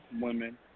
women